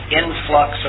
influx